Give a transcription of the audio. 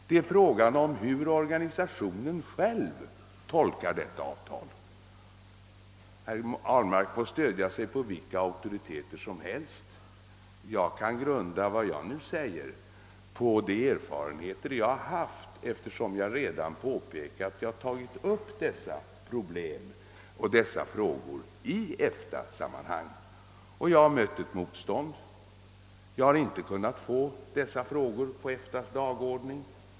Det är frågan om hur organisationen själv tolkar detta avtal. Herr Ahlmark får stödja sig på vilka auktoriteter som helst. Jag kan grunda vad jag nu säger på de erfarenheter jag haft. Jag har redan påpekat att jag tagit upp problemen i EFTA-sammanhang och att jag har mött motstånd. Jag har inte kunnat få upp dessa frågor på EFTA:s dagordning.